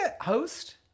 host